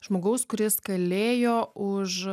žmogaus kuris kalėjo už